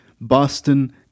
Boston